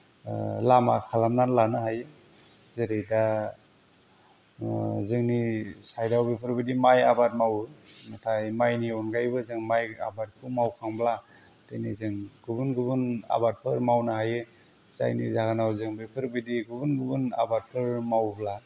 लामा खालामनानै लानो हायो जेरैबा जोंनि साइडआव बेफोरबायदि माइ आबाद मावो इनिफ्राय माइनि अनगायैबो जों माइ आबादखौ मावखांब्ला दिनै जों गुबुन गुबुन आबादफोर मावनो हायो जायनि जाहोनाव जों बेफोरबायदि गुबुन गुबुन आबादफोर मावब्ला